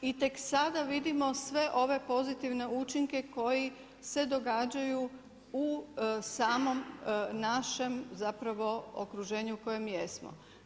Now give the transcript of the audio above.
I tek sada vidimo sve ove pozitivne učinke koji se događaju u samom našem, zapravo okruženju u kojem jesmo.